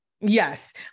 Yes